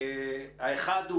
האחד,